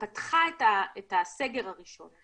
ופתחה את הסגר הראשון,